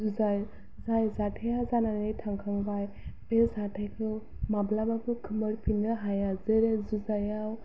जुजाइ जाय जाथाया जानानै थांखांबाय बे जाथायखौ माब्लाबाबो खोमोरफिननो हाया जेरै जुजाइयाव